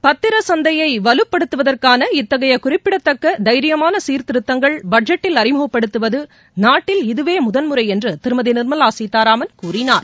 பத்திர சந்தையை வலுப்படுத்துவதற்கான இத்தகைய குறிப்பிடத்தக்க தைரியமான சீர்திருத்தங்கள் பட்ஜெட்டில் அழிமுகப்படுத்துவது நாட்டில் இதுவே முதல் முறை என்று திருமதி நிர்மலா சீதாராமன் கூறினார்